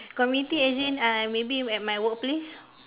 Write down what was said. community as in uh maybe at my workplace